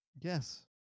Yes